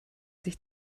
sich